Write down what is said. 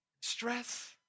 stress